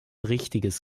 richtiges